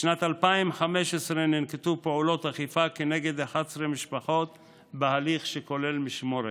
בשנת 2015 ננקטו פעולות אכיפה כנגד 11 משפחות בהליך שכולל משמורת,